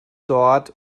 dort